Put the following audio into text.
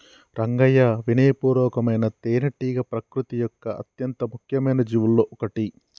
రంగయ్యా వినయ పూర్వకమైన తేనెటీగ ప్రకృతి యొక్క అత్యంత ముఖ్యమైన జీవులలో ఒకటి